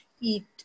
eat